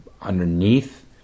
underneath